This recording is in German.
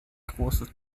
großes